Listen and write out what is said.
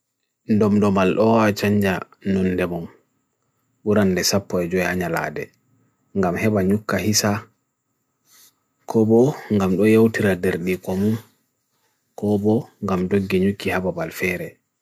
Ddumdumal oha chanja nun demom. Buran lesapo e jwe anyalade. Gam heba nyuka hisa. Kobo gam do yaw tira derdi komu. Kobo gam do genyuki haba balfere.